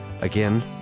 Again